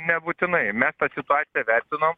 nebūtinai mes tą situaciją vertinom